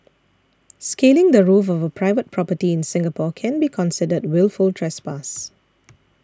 scaling the roof of a private property in Singapore can be considered wilful trespass